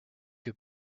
que